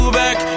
back